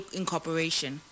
incorporation